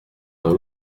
dans